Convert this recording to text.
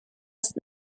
ist